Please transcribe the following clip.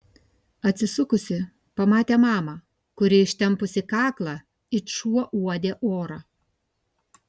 atsisukusi pamatė mamą kuri ištempusi kaklą it šuo uodė orą